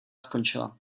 skončila